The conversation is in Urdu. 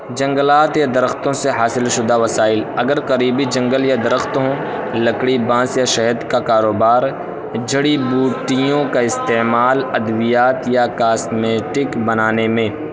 جنگلات یا درختوں سے حاصل شدہ وسائل اگر قریبی جنگل یا درختوں لکڑی بانس یا شہد کا کاروبار جڑی بوٹیوں کا استعمال ادویات یا کاسمیٹک بنانے میں